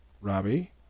Robbie